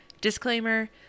Disclaimer